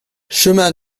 chemin